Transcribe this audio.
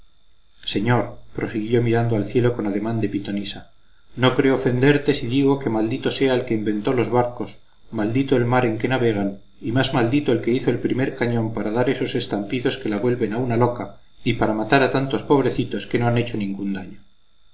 señor prosiguió mirando al cielo con ademán de pitonisa no creo ofenderte si digo que maldito sea el que inventó los barcos maldito el mar en que navegan y más maldito el que hizo el primer cañón para dar esos estampidos que la vuelven a una loca y para matar a tantos pobrecitos que no han hecho ningún daño